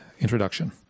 introduction